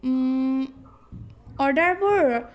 অৰ্ডাৰবোৰ